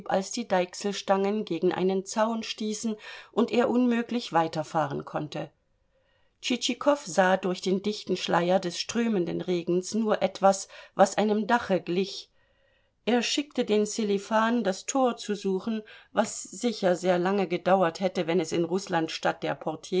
als die deichselstangen gegen einen zaun stießen und er unmöglich weiterfahren konnte tschitschikow sah durch den dichten schleier des strömenden regens nur etwas was einem dache glich er schickte den sselifan das tor zu suchen was sicher sehr lange gedauert hätte wenn es in rußland statt der portiers